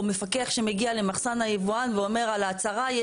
מפקח שמגיע למחסן היבואן ואומר על ההצהרה,